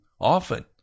often